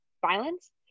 violence